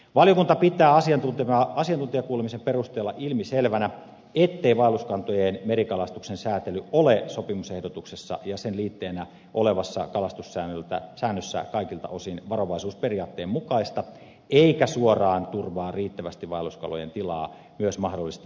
valiokunta pitää asiantuntijakuulemisen perusteella ilmiselvänä ettei vaelluskalakantojen merikalastuksen säätely ole sopimusehdotuksessa ja sen liitteenä olevassa kalastussäännössä kaikilta osin varovaisuusperiaatteen mukaista eikä suoraan turvaa riittävästi vaelluskalojen tilaa myös mahdollisesti muuttuvissa olosuhteissa